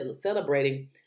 celebrating